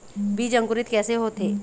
बीज अंकुरित कैसे होथे?